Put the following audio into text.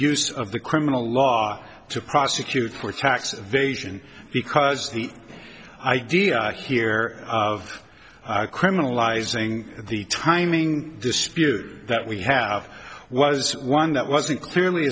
use of the criminal law to prosecute for tax evasion because the idea here of criminalizing the timing dispute that we have was one that wasn't clearly